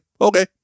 Okay